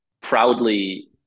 proudly